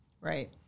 right